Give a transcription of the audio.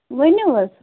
ؤنِو حظ